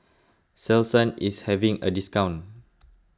Selsun is having a discount